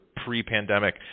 pre-pandemic